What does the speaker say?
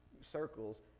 circles